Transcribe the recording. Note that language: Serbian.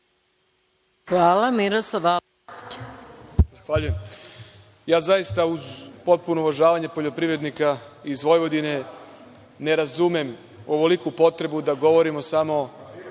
**Miroslav Aleksić** Zahvaljujem. Ja zaista, uz potpuno uvažavanje poljoprivrednika iz Vojvodine, ne razumem ovoliku potrebu da govorimo samo o